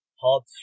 hard